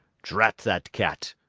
drat that cat!